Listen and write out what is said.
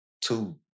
two